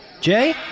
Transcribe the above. Jay